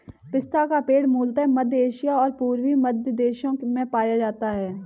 पिस्ता का पेड़ मूलतः मध्य एशिया और पूर्वी मध्य देशों में पाया जाता है